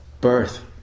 birth